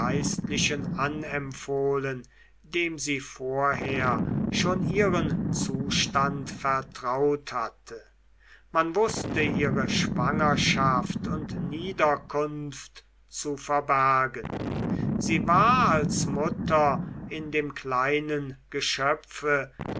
anempfohlen dem sie vorher schon ihren zustand vertraut hatte man wußte ihre schwangerschaft und niederkunft zu verbergen sie war als mutter in dem kleinen geschöpfe